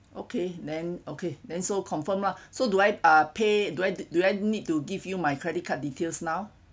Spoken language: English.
okay then okay then so confirm lah so do I ah pay do I do I need to give you my credit card details now